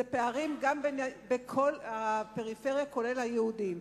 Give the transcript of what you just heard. אלה פערים בכל הפריפריה, גם אצל היהודים.